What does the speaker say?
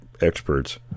experts